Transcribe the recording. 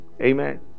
Amen